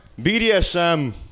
BDSM